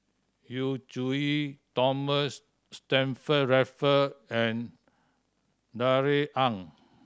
Yu Zhuye Thomas Stamford Raffle and Darrell Ang